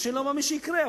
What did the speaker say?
מה שאני לא מאמין שיקרה,